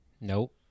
nope